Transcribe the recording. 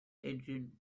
engine